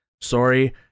Sorry